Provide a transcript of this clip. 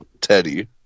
Teddy